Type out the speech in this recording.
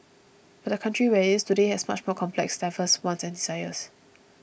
but the country where it is today has much more complex and diverse wants and desires